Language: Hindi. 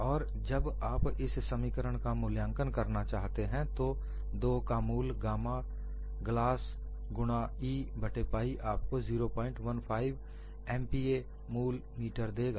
और जब आप इस समीकरण का मूल्यांकन करना चाहते हैं तो 2 का मूल गामा ग्लास गुणा E बट्टे पाइ आपको 015 MPa मूल मीटर देगा